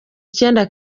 icyenda